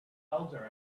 elder